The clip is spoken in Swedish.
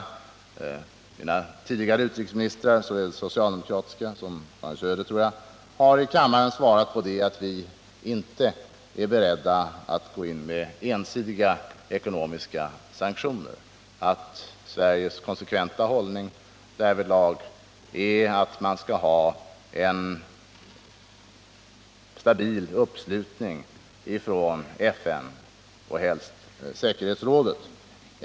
Såväl förutvarande socialdemokratiska utrikesministrar som utrikesminister Karin Söder har på den frågan svarat att vi inte är beredda att gå in med ensidiga ekonomiska sanktioner och att Sveriges konsekventa hållning därvidlag är att man skall ha en stabil uppslutning från FN och helst säkerhetsrådet.